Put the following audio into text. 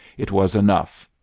it was enough.